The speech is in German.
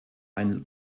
ein